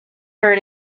hurt